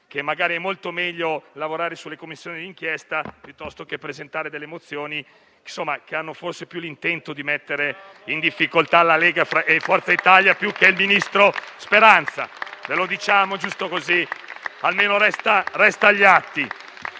che magari è molto meglio lavorare sulle Commissioni d'inchiesta piuttosto che presentare delle mozioni che hanno forse più l'intento di mettere in difficoltà la Lega e Forza Italia più che il ministro Speranza. Lo diciamo perché almeno resta agli atti.